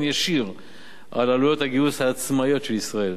ישיר על עלויות הגיוס העצמאיות של ישראל.